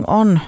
on